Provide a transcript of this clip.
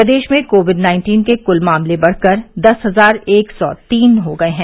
प्रदेश में COVID nineteen के कुल मामले बढ़कर दस हजार एक सौ तीन हो गये हैं